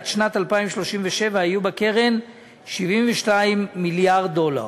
עד שנת 2037 יהיו בקרן 72 מיליארד דולר.